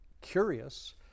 curious